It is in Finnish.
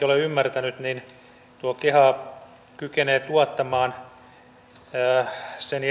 olen ymmärtänyt tuo keha muun muassa kykenee tuottamaan sen